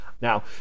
Now